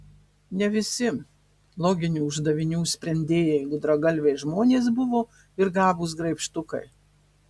ne visi loginių uždavinių sprendėjai gudragalviai žmonės buvo ir gabūs graibštukai